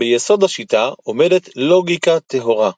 ביסוד השיטה עומדת לוגיקה טהורה,